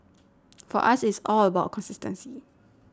for us it's all about consistency